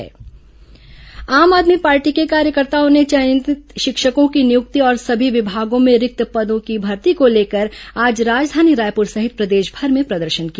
आप प्रदर्शन आम आदमी पार्टी के कार्यकर्ताओं ने चयनित शिक्षकों की नियुक्ति और सभी विभागों में रिक्त पदों की भर्ती को लेकर आज राजधानी रायपुर सहित प्रदेशभर में प्रदर्शन किया